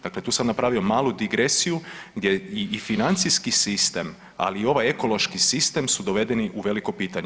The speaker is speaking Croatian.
Dakle, tu sam napravio malu digresiju gdje i financijski sistem, ali i ovaj ekološki sistem su dovedeni u veliko pitanje.